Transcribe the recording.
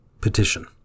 Petition